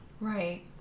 Right